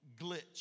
glitch